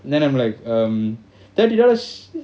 then I'm like um thirty dollars